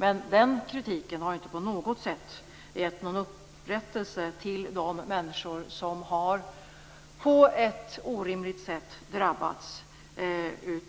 Men den kritiken har inte på något sätt givit någon upprättelse till de människor som på ett orimligt sätt har drabbats